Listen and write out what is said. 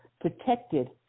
protected